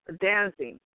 dancing